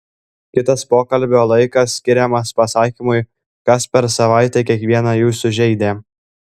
kitas pokalbio laikas skiriamas pasakymui kas per savaitę kiekvieną jūsų žeidė